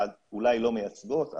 אולי לא מייצגות,